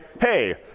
hey